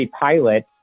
pilot